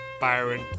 Byron